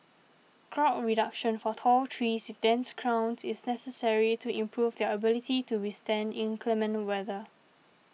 crown reduction for tall trees with dense crowns is necessary to improve their ability to withstand inclement weather